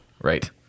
right